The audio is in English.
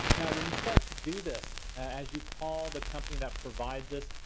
now, when you start to do this, as you call the company that provides this,